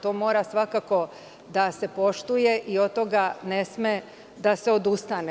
To mora svakako da se poštuje i od toga ne sme da se odustane.